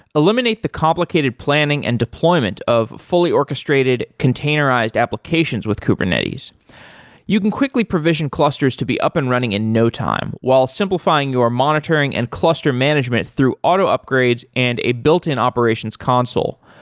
eliminate the complicated planning and deployment of fully orchestrated containerized applications with kubernetes you can quickly provision clusters to be up and running in no time, while simplifying your monitoring and cluster management through auto upgrades and a built-in operations console.